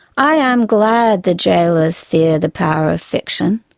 i am glad the jailers fear the power of fiction,